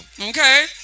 Okay